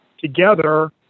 together